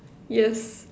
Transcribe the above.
yes